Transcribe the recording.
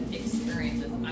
experiences